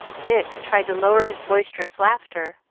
dick tried to lower his boisterous laughter,